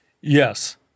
Yes